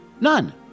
None